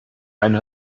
eine